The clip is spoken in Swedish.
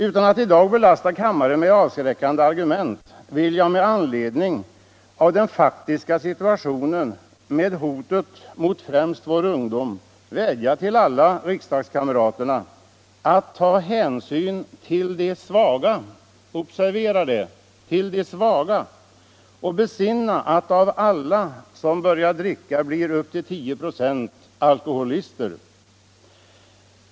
Utan att i dag belasta kammaren med avskräckande argument vill jag med anledning av den faktiska situationen med hotet mot främst vår ungdom vädja till alla riksdagskamrater att ta hänsyn till de svaga — observera! de svaga — och besinna att av alla som börjar dricka blir upp till 10 96 alkoholister.